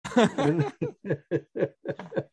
הההההההההה